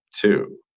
two